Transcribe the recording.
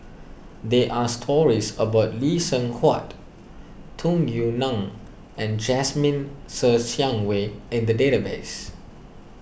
there are stories about Lee Seng Huat Tung Yue Nang and Jasmine Ser Xiang Wei in the database